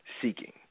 seeking